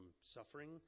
suffering